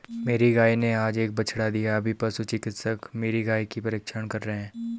मेरी गाय ने आज एक बछड़ा दिया अभी पशु चिकित्सक मेरी गाय की परीक्षण कर रहे हैं